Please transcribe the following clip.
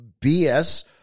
BS